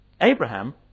Abraham